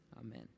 Amen